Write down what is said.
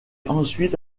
ensuite